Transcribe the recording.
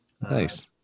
nice